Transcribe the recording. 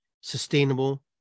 sustainable